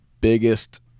biggest